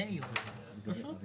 כלומר,